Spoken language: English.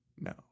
No